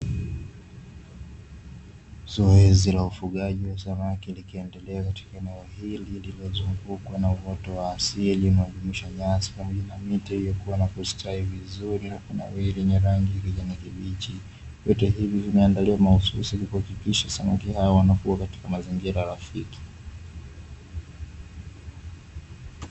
Zoezi la ufugaji wa samaki likiendelea katika eneo hili linalozungukwa na uoto wa asili unaojumuisha nyasi pamoja na miti, ikiwa inastawi vizuri na kunawiri kwa rangi ya kijani kibichi, vyote hivi vimeandaliwa mahususi kuhakikisha samaki hawa wanakua katika mazingira rafiki.